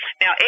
Now